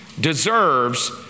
deserves